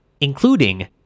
including